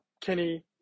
Kenny